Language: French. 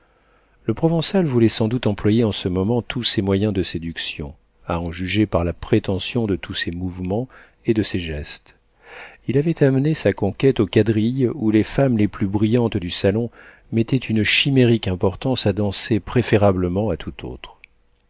le provençal voulait sans doute employer en ce moment tous ces moyens de séduction à en juger par la prétention de tous ses mouvements et de ses gestes il avait amené sa conquête au quadrille où les femmes les plus brillantes du salon mettaient une chimérique importance à danser préférablement à tout autre